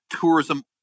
tourism